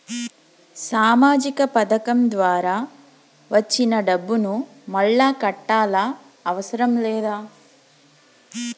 సామాజిక పథకం ద్వారా వచ్చిన డబ్బును మళ్ళా కట్టాలా అవసరం లేదా?